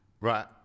right